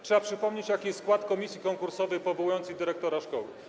Trzeba przypomnieć, jaki jest skład komisji konkursowej powołującej dyrektora szkoły.